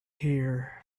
here